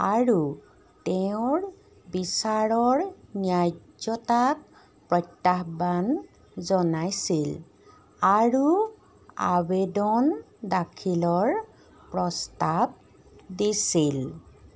আৰু তেওঁৰ বিচাৰৰ ন্যায্যতাক প্ৰত্যাহ্বান জনাইছিল আৰু আৱেদন দাখিলৰ প্ৰস্তাৱ দিছিল